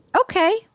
Okay